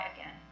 again